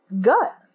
gut